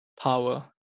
power